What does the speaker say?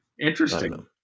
interesting